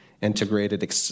integrated